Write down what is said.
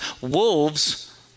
wolves